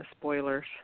spoilers